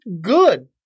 good